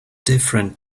different